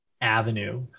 avenue